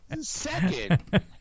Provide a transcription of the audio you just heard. second